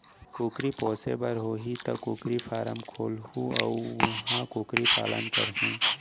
कुकरी पोसे बर होही त कुकरी फारम खोलहूं अउ उहॉं कुकरी पालन करहूँ